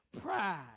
Pride